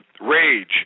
Rage